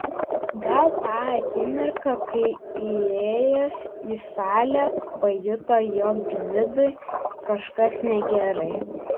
gal tą akimirką kai įėjęs į salę pajuto jog gvidui kažkas negerai